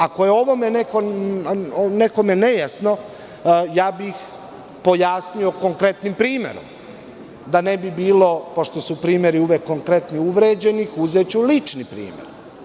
Ako je ovo nekome nejasno, ja bih pojasnio konkretnim primerom, da ne bi bilo, pošto su primeri uvek konkretni, uvređenih, uzeću lični primer.